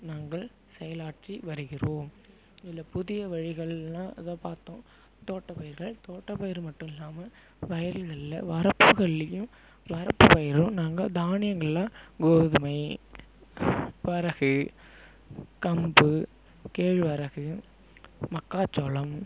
நாங்கள் செயலாற்றி வருகிறோம் இதில் புதிய வழிகள்னால் அதுதான் பார்த்தோம் தோட்டப்பயிர்கள் தோட்டப்பயிர் மட்டும் இல்லாமல் வயல்கள்ல வரப்புகள்லையும் வரப்பு பயிரும் நாங்கள் தானியங்கள்லாம் கோதுமை வரகு கம்பு கேழ்வரகு மக்காச்சோளம்